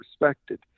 respected